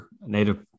native